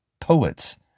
poets